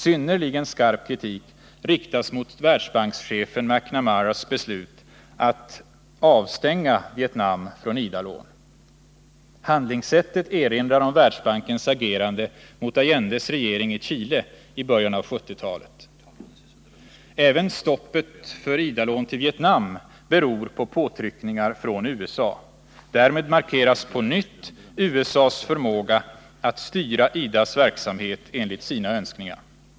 Synnerligen skarp kritik riktas mot Världsbankschefen McNamaras beslut att avstänga Vietnam från IDA-lån. Handlingssättet erinrar om Världsbankens agerande mot Allendes regering i Chile i början av 1970-talet. Även stoppet för IDA-lån till Vietnam beror på påtryckningar från USA. Därmed markeras på nytt USA:s förmåga att styra IDA:s verksamhet enligt sina önskningar.